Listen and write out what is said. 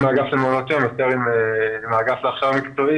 עם האגף למעונות יום ויותר עם האגף להכשרה מקצועית